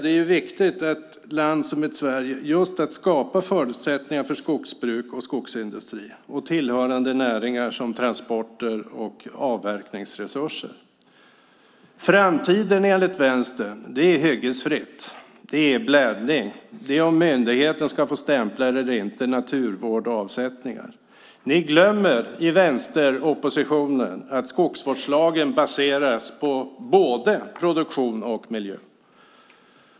Det är viktigt i ett land som Sverige att skapa förutsättningar för skogsbruk och skogsindustri och tillhörande näringar som transporter och avverkningsresurser. Framtiden enligt vänstern är hyggesfritt, blädning, om myndigheten ska få stämpla eller inte och naturvård och avsättningar. Ni i vänsteroppositionen glömmer att skogsvårdslagen baseras på både produktion och miljö.